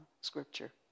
scripture